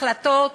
החלטות